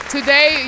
Today